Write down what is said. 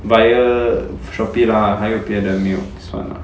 via Shopee lah 还有别的没有算 lah